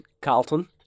Carlton